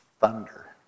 thunder